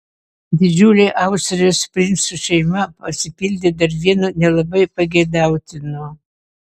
didžiulė austrijos princų šeima pasipildė dar vienu nelabai pageidautinu